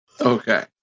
Okay